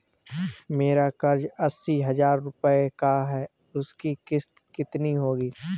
मेरा कर्ज अस्सी हज़ार रुपये का है उसकी किश्त कितनी होगी?